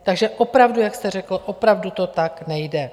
Takže opravdu, jak jste řekl, opravdu to tak nejde.